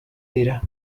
dira